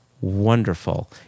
wonderful